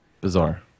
Bizarre